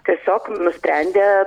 tiesiog nusprendė